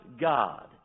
God